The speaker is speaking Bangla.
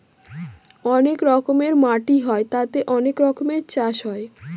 অনেক রকমের মাটি হয় তাতে অনেক রকমের চাষ হয়